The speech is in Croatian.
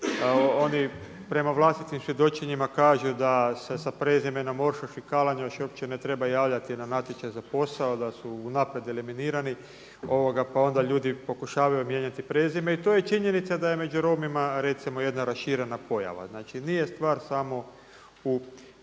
Oni prema vlastitim svjedočenjima kažu da se sa prezimenom Ošoš i Kalanjoš uopće ne treba javljati na natječaj za posao, da su unaprijed eliminirani pa onda ljudi pokušavaju mijenjati prezime i to je činjenica da je među Romima recimo jedna raširena pojava. Znači nije stvar samo u